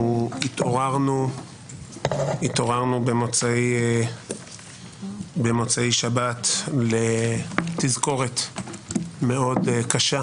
התעוררנו במוצאי שבת לתזכורת מאוד קשה